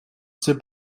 jsi